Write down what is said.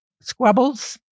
squabbles